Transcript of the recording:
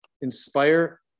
Inspire